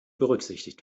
berücksichtigt